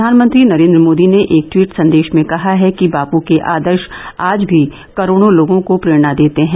प्रधानमंत्री नरेन्द्र मोदी ने एक टवीट संदेश में कहा है कि बाप के आदर्श आज भी करोडों लोगों को प्रेरणा देते हैं